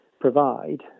provide